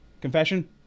Confession